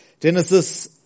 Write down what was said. Genesis